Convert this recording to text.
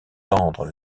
tendre